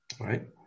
right